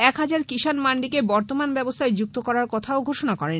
এক হাজার কিষাণ মান্ডিকে বর্তমান ব্যবস্থায় যুক্ত করার কথাও তিনি ঘোষণা করেন